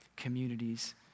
communities